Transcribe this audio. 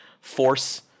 Force